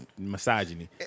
misogyny